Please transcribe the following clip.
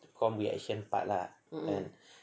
prompt reaction part lah kan